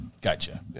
Gotcha